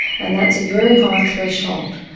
and that's a very high threshold.